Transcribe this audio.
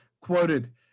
quoted